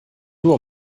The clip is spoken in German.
nur